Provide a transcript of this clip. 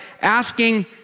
asking